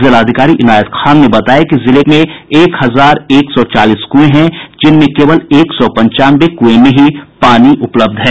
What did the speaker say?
जिलाधिकारी इनायत खान ने बताया कि जिले में एक हजार एक सौ चालीस कुए हैं जिसमें केवल एक सौ पंचानवे कुएं में ही पानी उपलब्ध है